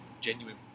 genuine